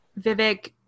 Vivek